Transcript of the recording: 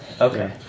Okay